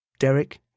Derek